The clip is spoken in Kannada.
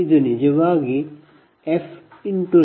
ಇದು fPL